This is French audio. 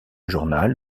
journal